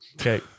Okay